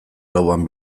lauan